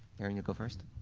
erin, you'll go first.